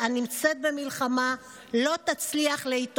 הצבא צריך את